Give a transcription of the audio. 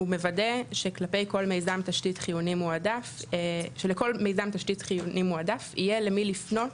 הוא מוודא שכלפי כל מיזם תשתית חיוני מועדף יהיה למי לפנות